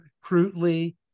crudely